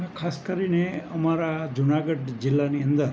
ખાસ કરીને અમારા જૂનાગઢ જિલ્લાની અંદર